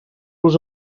los